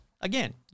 again